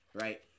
Right